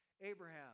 Abraham